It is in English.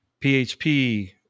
PHP